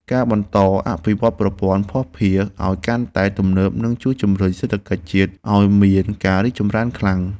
ការបន្តអភិវឌ្ឍន៍ប្រព័ន្ធភស្តុភារឱ្យកាន់តែទំនើបនឹងជួយជំរុញសេដ្ឋកិច្ចជាតិឱ្យមានការរីកចម្រើនខ្លាំង។